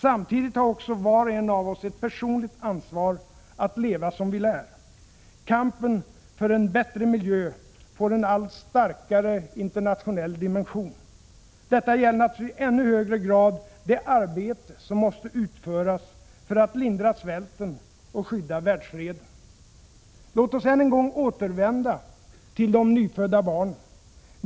Samtidigt har också var och en av oss ett personligt ansvar att leva som vi lär. Kampen för en bättre miljö får en allt starkare internationell dimension. Detta gäller naturligtvis i ännu högre grad det arbete som måste utföras för att lindra svälten och skydda världsfreden. Låt oss än en gång återvända till de nyfödda barnen.